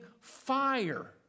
fire